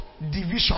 division